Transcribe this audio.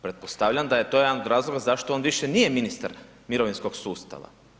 Pretpostavljam da je to jedan od razloga zašto on više nije ministar mirovinskog sustava.